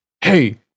Hey